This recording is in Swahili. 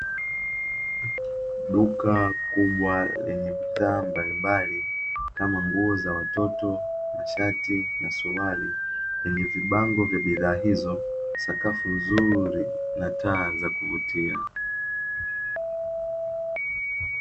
Duka kubwa lenye bidhaa mbalimbali kama: nguo za watoto, mashati, na suruali lenye vibango vya bidhaa hizo sakafu nzuri na taa za kuvutia.